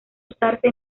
usarse